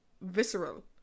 visceral